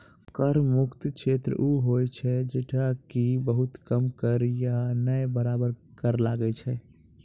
कर मुक्त क्षेत्र उ होय छै जैठां कि बहुत कम कर या नै बराबर कर लागै छै